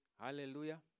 hallelujah